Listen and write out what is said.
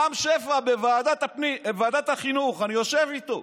רם שפע בוועדת החינוך, אני יושב איתו,